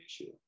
issue